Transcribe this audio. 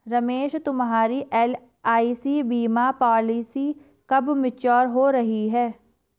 रमेश तुम्हारी एल.आई.सी बीमा पॉलिसी कब मैच्योर हो रही है?